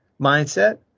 mindset